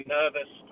nervous